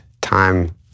time